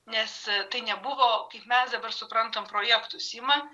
nes tai nebuvo kaip mes dabar suprantam projektus ima